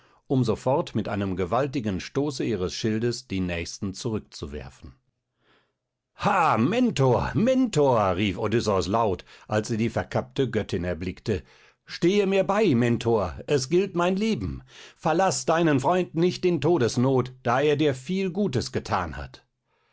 um sofort mit einem gewaltigen stoße ihres schildes die nächsten zurückzuwerfen ha mentor mentor rief odysseus laut als er die verkappte göttin erblickte stehe mir bei mentor es gilt mein leben verlaß deinen freund nicht in todesnot da er dir viel gutes gethan hat